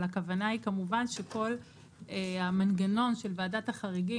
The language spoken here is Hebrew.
אבל הכוונה היא כמובן שכל המנגנון של ועדת החריגים